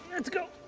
let's go.